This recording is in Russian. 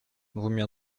двумя